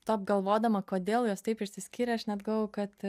top galvodama kodėl jos taip išsiskyrė aš net galvojau kad